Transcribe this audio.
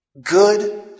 good